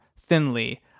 thinly